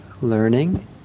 learning